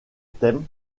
thèmes